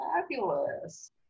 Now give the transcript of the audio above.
fabulous